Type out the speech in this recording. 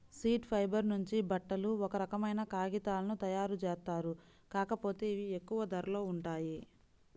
seed fibre నుంచి బట్టలు, ఒక రకమైన కాగితాలను తయ్యారుజేత్తారు, కాకపోతే ఇవి ఎక్కువ ధరలో ఉంటాయి